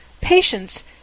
patience